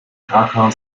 krakau